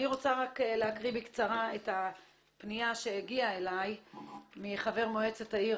אני רוצה להקריא בקצרה את הפנייה שהגיעה אלי מחבר מועצת העיר,